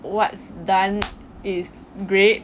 what's done is great